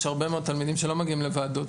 יש הרבה מאוד תלמידים שלא מגיעים לוועדות,